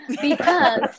because-